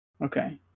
Okay